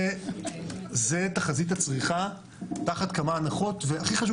זו תחזית הצריכה תחת כמה הנחות והכי חשוב